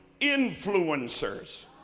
influencers